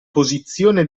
posizione